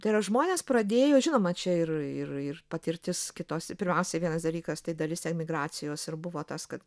tie žmonės pradėjo žinoma čia ir ir ir patirtis kitos pirmiausiai vienas dalykas tai dalis emigracijos ir buvo tas kad